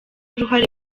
uruhare